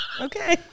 Okay